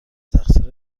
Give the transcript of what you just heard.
تقصیر